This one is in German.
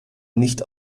nicht